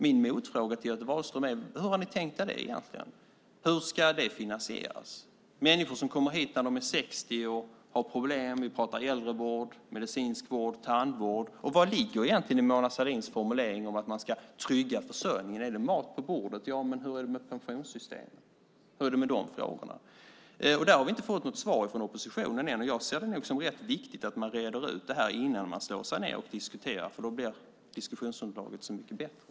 Min motfråga till Göte Wahlström är: Hur har ni tänkt er det egentligen? Hur ska det finansieras? Det handlar om människor som kommer hit när de är 60 år och som har problem. Vi pratar äldrevård, medicinsk vård, tandvård. Vad ligger egentligen i Mona Sahlins formulering att man ska trygga försörjningen? Är det mat på bordet? Men hur är det med pensionssystemet? Hur är det med de frågorna? Där har vi inte fått något svar från oppositionen än. Jag ser det nog som rätt viktigt att man reder ut det här innan man slår sig ned och diskuterar. Då blir diskussionsunderlaget så mycket bättre.